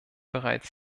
bereits